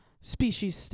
species